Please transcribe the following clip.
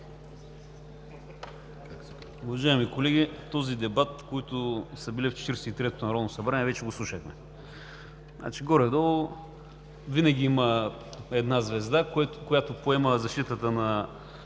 Уважаеми колеги, този дебат, които сме били в Четиридесет и третото народно събрание, вече го слушахме. Значи горе-долу винаги има една звезда, която поема защитата на